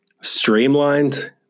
streamlined